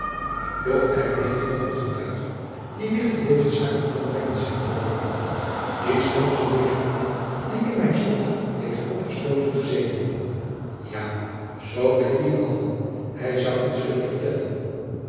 doch er leeft nog een getuige die licht in deze zaak kan aanbrengen zeide de baron die schelmsche jesuit die in mijn slot heeft opgesloten gezeten ja zoo wij dien hadden hij zou ons kunnen vertellen